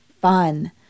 fun